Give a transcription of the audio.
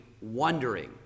wondering